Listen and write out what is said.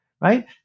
Right